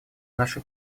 наши